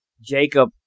Jacob